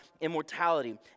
immortality